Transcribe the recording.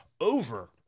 over